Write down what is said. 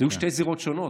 אלה היו שתי זירות שונות.